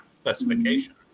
specification